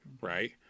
right